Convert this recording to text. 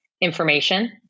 information